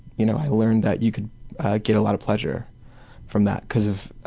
you know i learned that you could get a lot of pleasure from that because of